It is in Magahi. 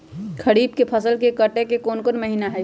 खरीफ के फसल के कटे के कोंन महिना हई?